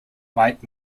might